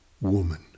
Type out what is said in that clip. woman